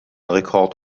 rekord